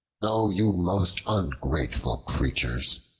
o you most ungrateful creatures!